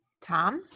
tom